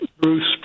Bruce